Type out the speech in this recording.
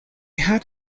had